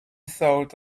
thought